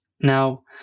Now